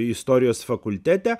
istorijos fakultete